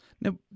Now